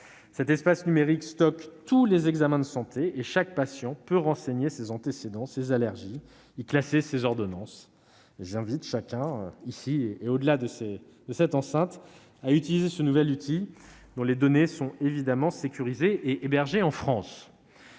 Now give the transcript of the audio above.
Cet espace numérique stocke tous les examens de santé : chaque patient peut renseigner ses antécédents, ses allergies et y classer ses ordonnances. J'invite chacun, ici et en dehors de cet hémicycle, à utiliser ce nouvel outil, dont les données sont évidemment sécurisées et hébergées en France.